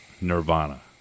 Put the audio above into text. Nirvana